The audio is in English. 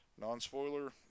non-spoiler